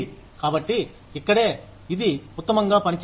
కాబట్టి ఇక్కడే ఇది ఉత్తమంగా పనిచేస్తుంది